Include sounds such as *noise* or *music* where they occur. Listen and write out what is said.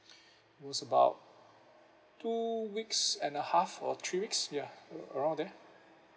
*breath* was about two weeks and a half or three weeks ya a~ around then